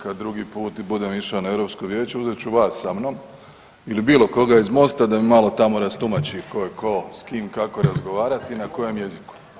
Kada drugi puta budem išao na Europsko vijeće uzet ću vas sa mnom ili bilo koga iz MOST-a da mi malo tamo rastumači tko je tko, s kim kako razgovarati, na kojem jeziku.